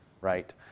right